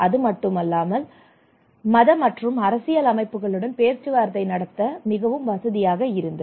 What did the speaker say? அதுமட்டுமல்லாமல் மத மற்றும் அரசியல் அமைப்புகளுடன் பேச்சுவார்த்தை நடத்த மிகவும் வசதியாக இருந்தது